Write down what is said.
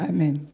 Amen